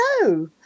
no